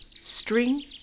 string